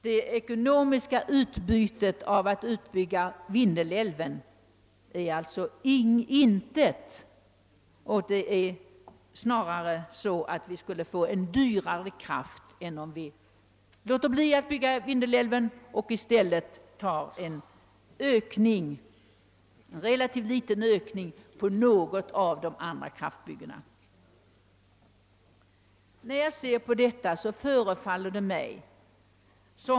Det ekonomiska utbytet av en utbyggnad av Vindelälven är alltså intet. Vi skulle snarare få dyrare kraft, än om vi låter bli att bygga ut Vindelälven och i stället gör en relativt liten ökning på något av atomkraftverksbyggena.